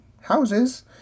houses